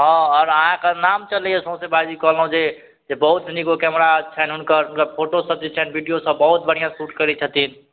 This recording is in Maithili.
हँ आओर अहाँके नाम चलैए सौँसे भाइजी कहलहुँ जे बहुत नीक ओ कैमरा छनि हुनकर मतलब फोटोसब जे छनि वीडिओसब बहुत बढ़िआँ शूट करै छथिन